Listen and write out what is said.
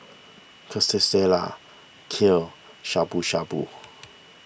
Quesadillas Kheer Shabu Shabu